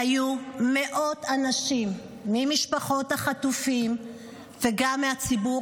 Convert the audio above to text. היו מאות אנשים ממשפחות החטופים וגם מהציבור